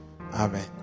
Amen